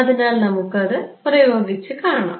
അതിനാൽ നമുക്ക് അത് പ്രയോഗിച്ച് കാണാം